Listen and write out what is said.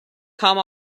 come